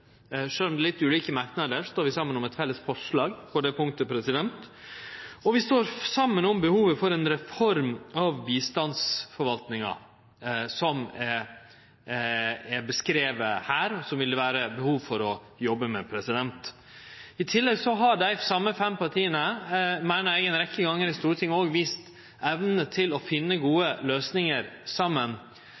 om det er litt ulike merknader, står vi saman om eit felles forslag på det punktet. Og vi står saman om behovet for ei reform av bistandsforvaltinga, som er beskriven her, og som det vil vere behov for å jobbe med. I tillegg meiner eg at dei same fem partia ei rekkje gonger i Stortinget har vist evne til å finne gode løysingar saman